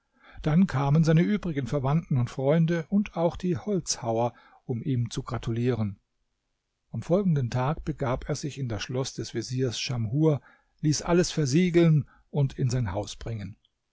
dann kamen seine übrigen verwandten und freunde und auch die holzhauer um ihm zu gratulieren am folgenden tag begab er sich in das schloß des veziers schamhur ließ alles versiegeln und in sein haus bringen